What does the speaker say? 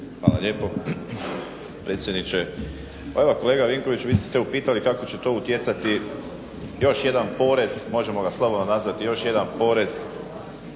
Hvala lijepo predsjedniče. Evo kolega Vinkoviću vi ste se upitali kako će to utjecati još jedan porez, možemo ga slobodno nazvati još jedan porez